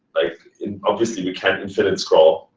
like obviously, we can't infinite scroll.